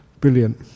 brilliant